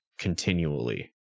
continually